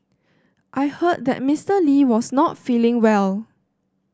I heard that Mister Lee was not feeling well